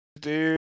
dude